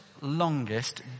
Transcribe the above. longest